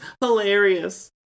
Hilarious